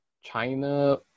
China